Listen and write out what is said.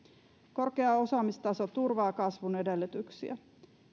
korkea osaamistaso turvaa kasvun edellytyksiä